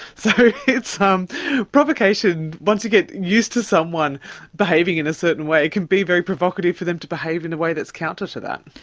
so it's um provocation, once you get used to someone behaving in a certain way, it can be very provocative for them to behave in a way that's counter to that.